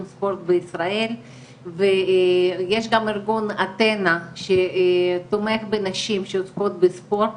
ספורט בישראל ויש גם ארגון אתנה שתומך בנשים שעוסקות בספורט,